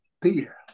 Peter